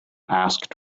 asked